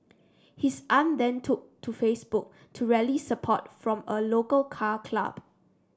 his aunt then took to Facebook to rally support from a local car club